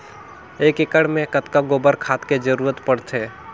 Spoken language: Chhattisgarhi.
एक एकड़ मे कतका गोबर खाद के जरूरत पड़थे?